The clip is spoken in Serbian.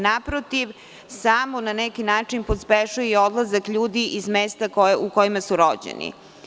Naprotiv, samo na neki način pospešuje odlazak ljudi iz mesta u kojima su rođeni.